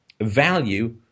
value